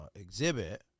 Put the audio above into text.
exhibit